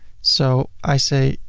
so i say